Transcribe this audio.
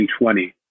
2020